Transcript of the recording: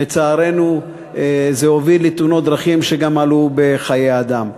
לצערנו זה הוביל לתאונות דרכים שגם עלו בחיי אדם.